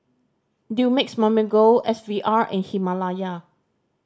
Dumex Mamil Gold S V R and Himalaya